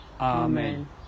Amen